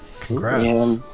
congrats